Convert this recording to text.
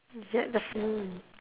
is that the